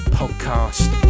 podcast